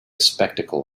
spectacle